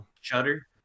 Shutter